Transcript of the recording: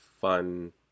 fun